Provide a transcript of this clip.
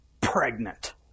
pregnant